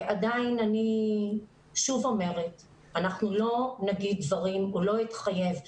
עדיין אני שוב אומרת שאנחנו לא נגיד דברים או לא נתחייב לדברים.